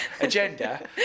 agenda